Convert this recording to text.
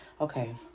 okay